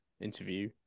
interview